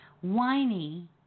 Whiny